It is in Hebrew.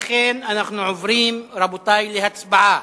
לכן, רבותי, אנחנו עוברים להצבעה.